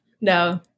No